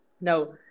Now